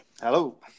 Hello